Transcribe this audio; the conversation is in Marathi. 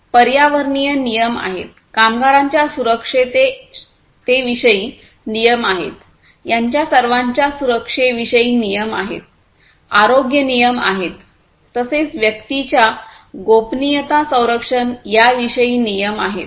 पर्यावरणीय नियम आहेत कामगारांच्या सुरक्षिततेविषयी नियम आहेत यांच्या सर्वांच्या सुरक्षेविषयी नियम आहेत आरोग्य नियम आहेततसेच व्यक्तींच्या गोपनीयता संरक्षण याविषयी नियम आहेत